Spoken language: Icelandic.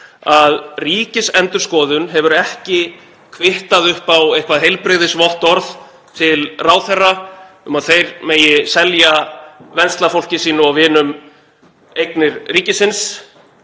að Ríkisendurskoðun hefur ekki kvittað upp á eitthvert heilbrigðisvottorð til ráðherra um að þeir megi selja venslafólki sínu og vinum eignir ríkisins,